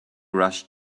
rush